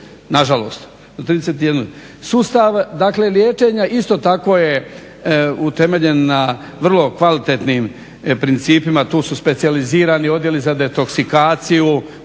nažalost. Sustav dakle liječenja isto tako je utemeljen na vrlo kvalitetnim principima. Tu su specijalizirani odjeli za detoksikaciju,